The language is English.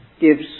gives